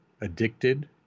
addicted